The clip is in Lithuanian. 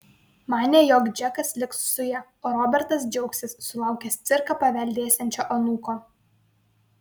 manė jog džekas liks su ja o robertas džiaugsis sulaukęs cirką paveldėsiančio anūko